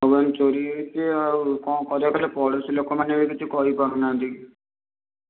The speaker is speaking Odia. ସବୁ ଏମିତି ଚୋରି ହେଇଛି ଆଉ କ'ଣ କରିବା କହିଲେ ପଡ଼ୋଶୀ ଲୋକମାନେ ବି କିଛି କହି ପାରୁନାହାନ୍ତି